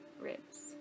ribs